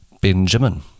Benjamin